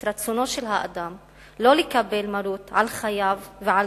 את רצונו של האדם שלא לקבל מרות על חייו ועל